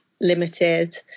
limited